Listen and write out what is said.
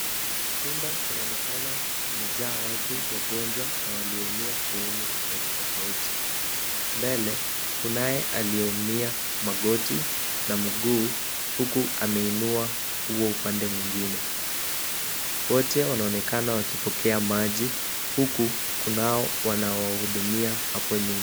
Chumba kinaonekana kimejaa watu wagonjwa na walioumia sehemu tofauti tofauti. Mbele kunaye aliyeumia magoti na mguu huku ameinua huo upande mwingine. Wote wanaonekana wakipokea maji huku kunao wanaowahudumia hapo nyuma.